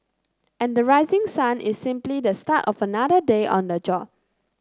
and the rising sun is simply the start of another day on the job